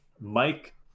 Mike